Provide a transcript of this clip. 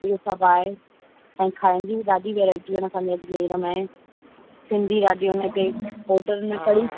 इहो सभु आहे ऐं खाइण जी बि ॾाढी वैराइटियूं आहिनि असांजे अजमेर में सिंधी ॾाढियूं आहिनि हिते होटल में कढ़ी